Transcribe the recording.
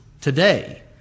today